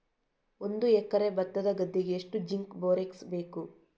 ಒಂದು ಎಕರೆ ಭತ್ತದ ಗದ್ದೆಗೆ ಎಷ್ಟು ಜಿಂಕ್ ಬೋರೆಕ್ಸ್ ಬೇಕು?